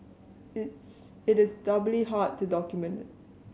it's it is doubly hard to document it